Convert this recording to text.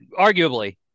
Arguably